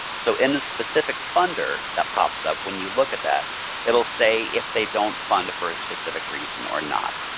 so in the specific funder that pops up when you look at that it will say if they don't fund for a specific reason or not.